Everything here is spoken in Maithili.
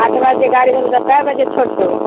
अच्छा गाड़ी कए बजे छोड़तै